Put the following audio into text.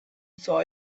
saw